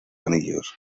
anillos